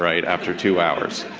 right, after two hours.